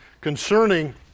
concerning